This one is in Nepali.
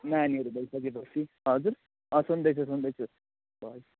नानीहरू भइसकेपछि हजुर सुन्दैछु सुन्दैछु